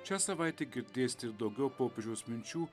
šią savaitę girdėsite ir daugiau popiežiaus minčių